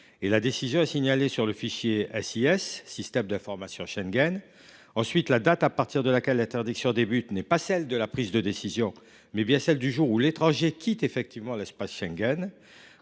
et la décision est signalée sur le système d’information Schengen (SIS). Ensuite, la date à partir de laquelle l’interdiction débute est non pas celle de la prise de décision, mais bien celle du jour où l’étranger quitte effectivement l’espace Schengen.